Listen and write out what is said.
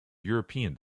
european